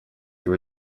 его